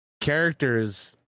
characters